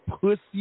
pussy